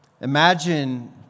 Imagine